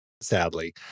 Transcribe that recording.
sadly